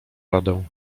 radę